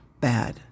bad